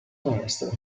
maestro